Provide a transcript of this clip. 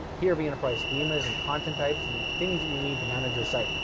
here are the enterprise schemas and content types and things that you need to manage your site.